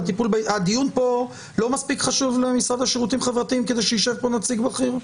הדיון פה לא מספיק חשוב למשרד לשירותים חברתיים כדי שישב פה נציג בכיר?